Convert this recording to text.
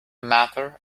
matter